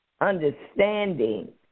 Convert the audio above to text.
understanding